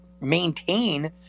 maintain